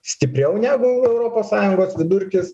stipriau negu europos sąjungos vidurkis